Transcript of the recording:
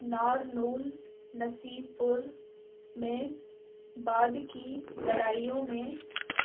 Narnaul Nasibpur میں بعد کی لڑائیوں میں